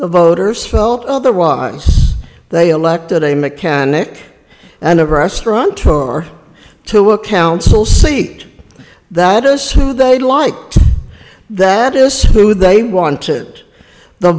the voters felt otherwise they elected a mechanic and of restaurant or to a council seat that us who they'd like that is who they want it the